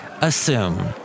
Assume